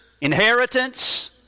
inheritance